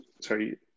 Sorry